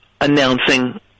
announcing